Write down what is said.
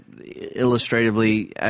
illustratively